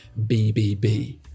BBB